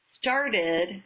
started